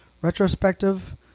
Retrospective